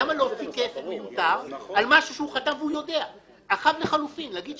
למה להוציא כסף מיותר על משהו שהוא חתם עליו והוא יודע?